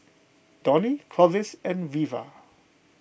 Donie Clovis and Reva